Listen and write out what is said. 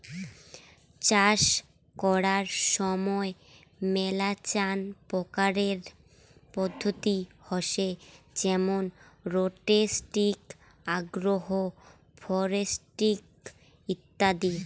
চাষ করার সময় মেলাচান প্রকারের পদ্ধতি হসে যেমন রোটেটিং, আগ্রো ফরেস্ট্রি ইত্যাদি